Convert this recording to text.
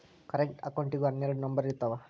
current ಅಕೌಂಟಿಗೂ ಹನ್ನೆರಡ್ number ಇರ್ತಾವ